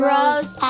Rose